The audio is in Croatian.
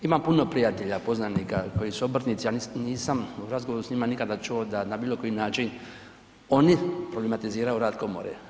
Imam puno prijatelja, poznanika koji su obrtnici, a nisam u razgovoru s njima nikada čuo da na bilo koji način oni problematiziraju rad komore.